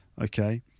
Okay